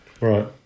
right